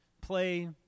play